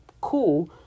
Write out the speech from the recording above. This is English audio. cool